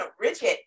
rigid